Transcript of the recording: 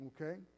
Okay